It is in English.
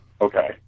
Okay